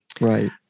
Right